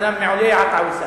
צלם מעולה, עטא עוויסאת.